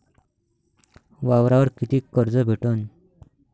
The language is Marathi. वावरावर कितीक कर्ज भेटन?